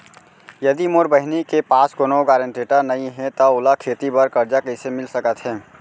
यदि मोर बहिनी के पास कोनो गरेंटेटर नई हे त ओला खेती बर कर्जा कईसे मिल सकत हे?